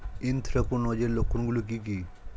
Anthracnose এর লক্ষণ গুলো কি কি?